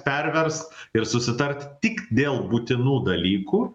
perverst ir susitarti tik dėl būtinų dalykų